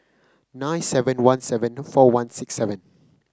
nine seven one seven four one six seven